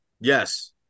Yes